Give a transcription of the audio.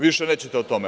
Više nećete o tome.